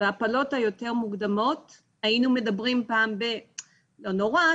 בהפלות היותר מוקדמות היינו מדברים פעם ב"לא נורא,